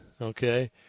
okay